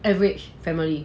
average family